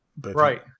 Right